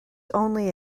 only